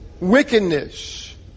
wickedness